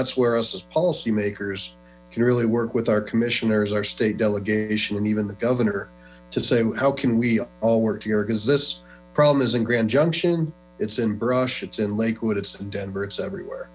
that's where us as policy makers can really work with our commissioners our state delegation and even the governor to say how can we all work together because this problem is in grand junction it's in brush it's in lakewood it's denver it's everywhere